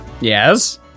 Yes